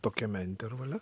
tokiame intervale